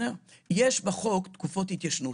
יש בחוק תקופות התיישנות.